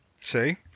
See